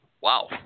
wow